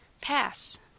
Pass